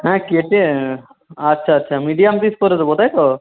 হ্যাঁ কেটে আচ্ছা আচ্ছা মিডিয়াম পিস করে দেবো তাই তো